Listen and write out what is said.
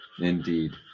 Indeed